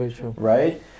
right